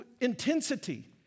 intensity